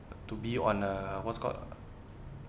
to be on uh what's called